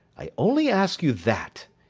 i only ask you that.